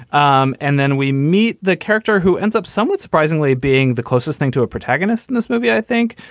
um and then we meet the character who ends up somewhat surprisingly, being the closest thing to a protagonist in this movie, i think.